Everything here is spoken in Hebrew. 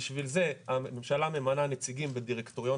בשביל זה הממשלה ממנה נציגים בדירקטוריון